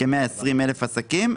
כ-120,000 עסקים,